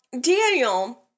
Daniel